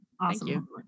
Awesome